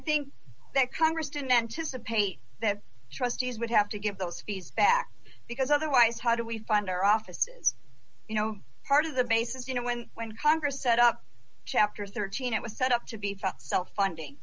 think that congress didn't anticipate that trustees would have to give those fees back because otherwise how do we find our offices you know part of the basis you know when when congress set up chapter thirteen dollars it was set up to be for self funding